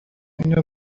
اینو